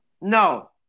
No